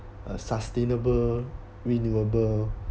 a sustainable renewable